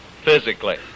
physically